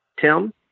Tim